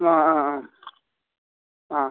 ആ ആ ആ ആ